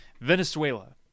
Venezuela